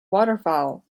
waterfowl